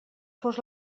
fos